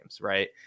right